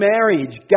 marriage